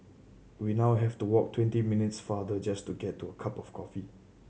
we now have to walk twenty minutes farther just to get a cup of coffee